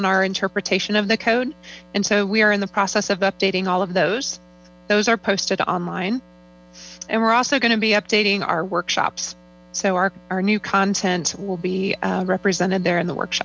on our interpretation of the code and so we are in the process of updating all of those those are posted online and we're also going to be updating our workshops so our our new content will be represented there in the works